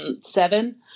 seven